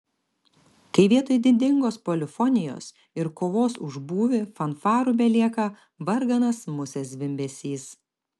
kai vietoj didingos polifonijos ir kovos už būvį fanfarų belieka varganas musės zvimbesys